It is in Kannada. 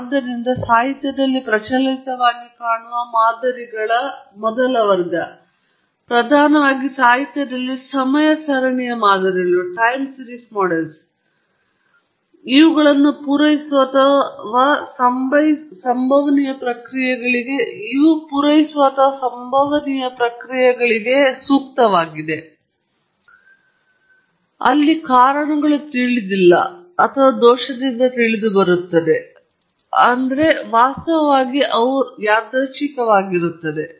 ಆದ್ದರಿಂದ ಸಾಹಿತ್ಯದಲ್ಲಿ ಪ್ರಚಲಿತವಾಗಿ ಕಾಣುವ ಮಾದರಿಗಳ ಮೊದಲ ವರ್ಗ ಪ್ರಧಾನವಾಗಿ ಸಾಹಿತ್ಯದಲ್ಲಿ ಸಮಯ ಸರಣಿಯ ಮಾದರಿಗಳು ಇವುಗಳನ್ನು ಪೂರೈಸುವ ಅಥವಾ ಸಂಭವನೀಯ ಪ್ರಕ್ರಿಯೆಗಳಿಗೆ ಸೂಕ್ತವಾದವು ಅಲ್ಲಿ ಕಾರಣಗಳು ತಿಳಿದಿಲ್ಲ ಅಥವಾ ದೋಷದಿಂದ ತಿಳಿದುಬರುತ್ತವೆ ಅಂದರೆ ಅವರು ವಾಸ್ತವವಾಗಿ ತಮ್ಮನ್ನು ಯಾದೃಚ್ಛಿಕವಾಗಿರುತ್ತಾರೆ